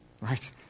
Right